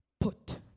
put